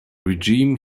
regime